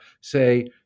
say